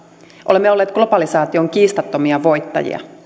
olemme olleet globalisaation kiistattomia voittajia